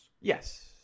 Yes